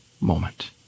moment